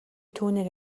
түүнийг